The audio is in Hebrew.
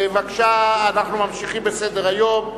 אנחנו ממשיכים בסדר-היום.